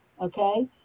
okay